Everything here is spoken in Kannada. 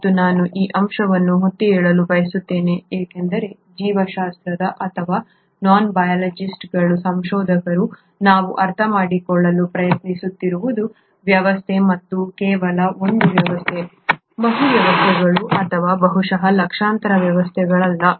ಮತ್ತು ನಾನು ಈ ಅಂಶವನ್ನು ಒತ್ತಿ ಹೇಳಲು ಬಯಸುತ್ತೇನೆ ಏಕೆಂದರೆ ಜೀವಶಾಸ್ತ್ರಜ್ಞ ಅಥವಾ ನಾನ್-ಬಯೋಲಾಜಿಸ್ಟ್ ಸಂಶೋಧಕರು ನಾವು ಅರ್ಥಮಾಡಿಕೊಳ್ಳಲು ಪ್ರಯತ್ನಿಸುತ್ತಿರುವುದು ವ್ಯವಸ್ಥೆಗಳು ಮತ್ತು ಕೇವಲ ಒಂದು ವ್ಯವಸ್ಥೆ ಬಹು ವ್ಯವಸ್ಥೆಗಳು ಅಥವಾ ಬಹುಶಃ ಲಕ್ಷಾಂತರ ಈ ವ್ಯವಸ್ಥೆಗಳಲ್ಲ